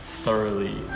thoroughly